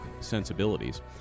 sensibilities